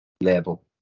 label